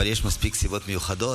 אבל יש מספיק סיבות מיוחדות.